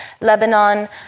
Lebanon